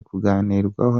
kuganirwaho